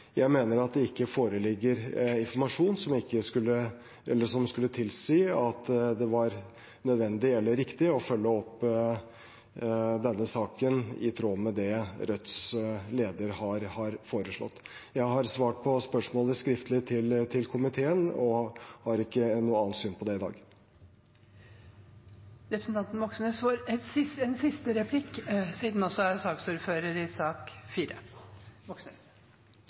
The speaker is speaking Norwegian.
Jeg mener at det ikke foreligger informasjon som skulle tilsi at det var nødvendig eller riktig å følge opp denne saken i tråd med det Rødts leder har foreslått. Jeg har svart på spørsmålet skriftlig til komiteen, og har ikke noe annet syn på det i dag. Det er jo en mulighet i sentralbankloven § 2-12, om alvorlig brudd på tjenesteplikten, at man kan løse vedkommende fra verv og stilling hvis han i